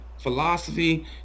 Philosophy